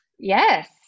yes